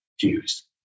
views